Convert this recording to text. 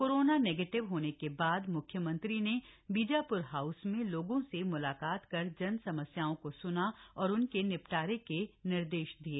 corona negative होने के बाद मुख्यमंत्री ने बीजापुर हाउस में लोगों से म्लाकात कर समस्याओं को सूना और उनके निपटारे के निर्देश दिये